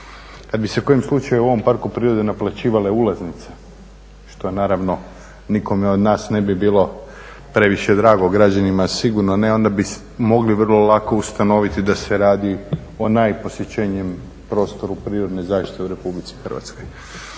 Kad bi se kojim slučajem u ovom parku prirode naplaćivale ulaznice, što naravno nikome od nas ne bi bilo previše drago, građanima sigurno ne, onda bi mogli vrlo lako ustanoviti da se radi o najposjećenijem prostoru prirodne zaštite u Republici Hrvatskoj.